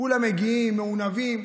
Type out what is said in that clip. כולם מגיעים מעונבים,